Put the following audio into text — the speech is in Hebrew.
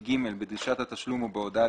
בדרישת התשלום או בהודעה,